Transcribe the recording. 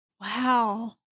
Wow